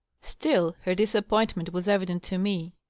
still, her disappointment was evident to me.